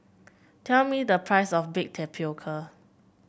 tell me the price of bake tapioca